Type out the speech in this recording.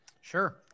Sure